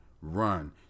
run